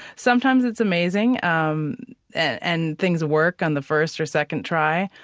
sometimes it's amazing um and things work on the first or second try,